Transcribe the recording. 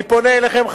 אני פונה אליכם,